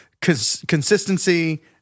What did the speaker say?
consistency –